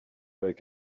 avec